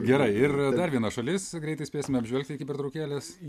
gerai ir dar viena šalis greitai spėsim apžvelgti iki pertraukėlės